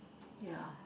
ya